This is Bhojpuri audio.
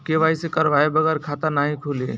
के.वाइ.सी करवाये बगैर खाता नाही खुली?